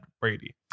Brady